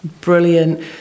Brilliant